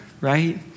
right